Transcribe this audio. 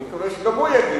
אני מקווה שגם הוא יגיע,